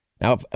now